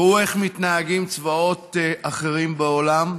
ראו איך מתנהגים צבאות אחרים בעולם,